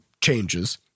changes